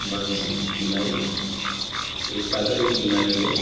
मानसिक बीमारी एक पागल की बीमारी है